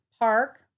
Park